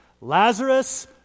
Lazarus